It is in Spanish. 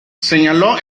señaló